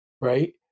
right